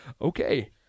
Okay